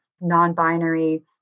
non-binary